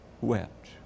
wept